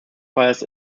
fires